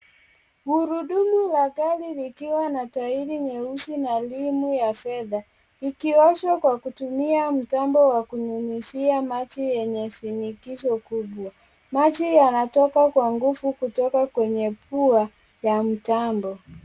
Gurudumu la gari likiwa na tairi na rimu ya fedha ikioshwa kwa kutumia mtambo wa kunyunyuzia maji yenye shinikizo kubwa. Maji yanatoka kwa nguvu kutoka kwenye pua ya mtambo.